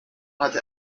hatte